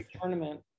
tournament